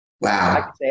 Wow